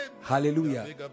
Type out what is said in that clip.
hallelujah